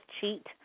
cheat